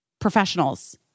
professionals